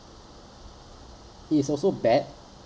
it's also bad